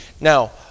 Now